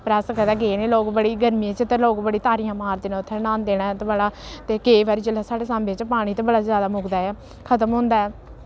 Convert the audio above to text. पर अस कदै गे निं लोक बड़ी गर्मियें च ते लोक बड़ी तारियां मारदे न उत्थै न्हांदे न ते उत्थै बड़ा ते केईं बारी जिल्लै साढ़े सांबे च पानी ते बड़ा जैदा मुकदा ऐ खत्म होंदा ऐ